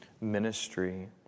ministry